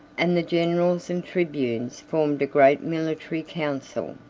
and the generals and tribunes formed a great military council.